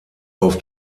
auf